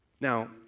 Now